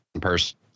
person